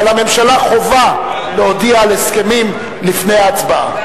שעל הממשלה חובה להודיע על הסכמים לפני ההצבעה.